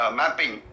mapping